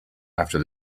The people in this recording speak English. after